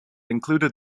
included